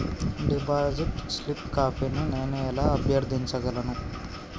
Deposit slip కాపీని నేను ఎలా అభ్యర్థించగలను?